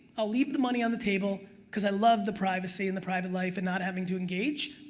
i'll leave the money on the table, because i love the privacy and the private life and not having to engage,